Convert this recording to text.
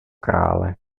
krále